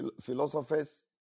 philosophers